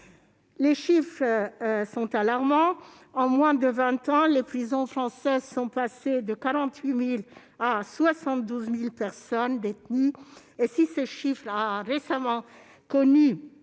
Les chiffres sont alarmants : en moins de vingt ans, les prisons françaises sont passées de 48 000 à 72 000 personnes détenues. Si ce chiffre a récemment connu